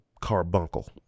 Carbuncle